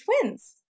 twins